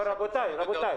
לארץ.